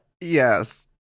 Yes